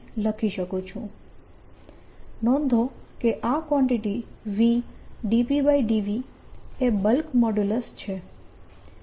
નોંધો કે આ કવાન્ટીટી V∂P∂V એ બલ્ક મોડ્યુલસ છે